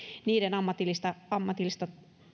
niiden ammatillista ammatillista